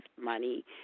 money